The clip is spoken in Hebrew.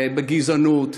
בגזענות.